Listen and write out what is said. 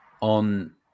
on